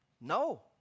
No